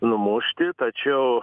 numušti tačiau